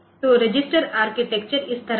तो register architecture इस तरह है